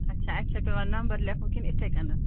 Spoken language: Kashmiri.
اَچھا اَتہِ چھا پیوان نَمبر لٮ۪کھُن کِنہٕ یاِتھٕے کَنیٚتھ